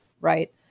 right